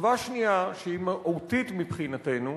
שכבה שנייה, שהיא מהותית מבחינתנו,